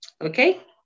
okay